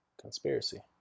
conspiracy